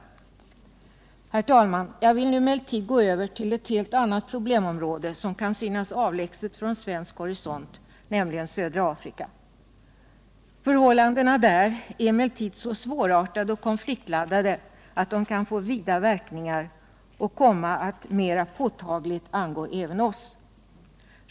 Herr talman! Jag vill nu gå över till ett helt annat problemområde som kan synas avlägset från svensk horisont — södra Afrika. Förhållandena där är emellertid så svårartade och konfliktladdade att de kan få vida verkningar och komma att mera påtagligt angå även oss.